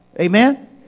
Amen